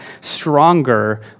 stronger